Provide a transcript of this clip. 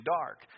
dark